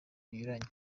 binyuranye